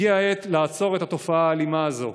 הגיעה העת לעצור את התופעה האלימה הזאת,